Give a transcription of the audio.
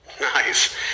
Nice